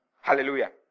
Hallelujah